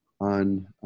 on